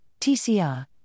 TCR